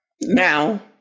Now